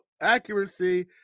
accuracy